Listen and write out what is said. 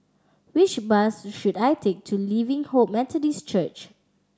which bus should I take to Living Hope Methodist Church